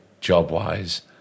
job-wise